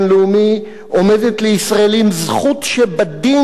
זכות שבדין להתיישב ביהודה ובשומרון,